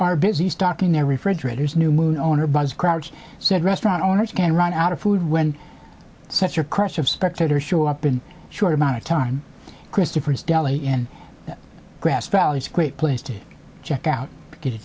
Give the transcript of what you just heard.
are busy stocking their refrigerators new moon owner bugs crouch said restaurant owners can run out of food when such a crush of spectators show up in short amount of time christopher's deli in grass valley is great place to check out get a